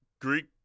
Greek